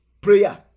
prayer